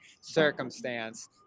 circumstance